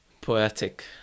poetic